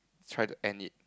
try to end it